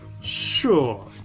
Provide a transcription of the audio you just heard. Sure